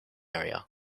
area